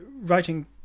writing